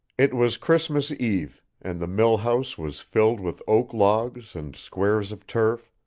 it was christmas eve, and the mill-house was filled with oak logs and squares of turf,